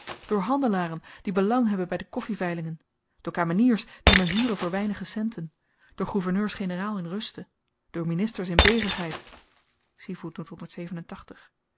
door handelaren die belang hebben by de koffiveilingen door kameniers die me huren voor weinige centen door gouverneurs generaal in ruste door ministers in bezigheid